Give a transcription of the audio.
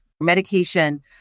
medication